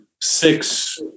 six